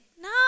No